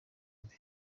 mbi